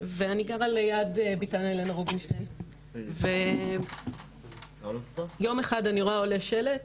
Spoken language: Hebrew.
ואני גרה ליד ביתן הלנה רובינשטיין ויום אחד אני רואה עולה שלט,